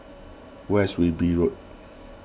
where is Wilby Road